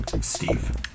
Steve